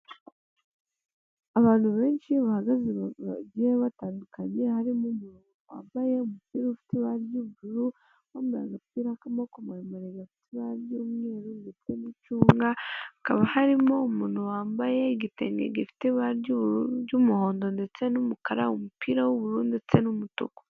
Abantu benshi bahagaze bagihe batandukanye, harimo umuntu wambaye umupira ufite ibara ry'ubururu, wambaye agapira k'amaboko maremare gafite ibara ry'umweru ndetse n'icunga, hakaba harimo umuntu wambaye igiteni gifite ibara ry'ubururu, ry'umuhondo, ndetse n'umukara, umupira w'ubururu ndetse n'umutuku.